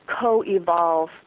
co-evolve